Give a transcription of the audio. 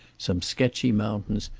some sketchy mountains,